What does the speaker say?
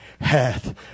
hath